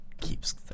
keeps